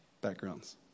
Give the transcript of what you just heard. backgrounds